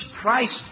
Christ